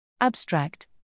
Abstract